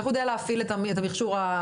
איך הוא יודע להפעיל את המכשור האלקטרוני.